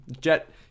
jet